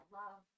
love